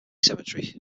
cemetery